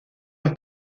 los